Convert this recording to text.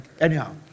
Anyhow